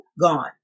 gone